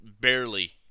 barely